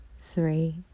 three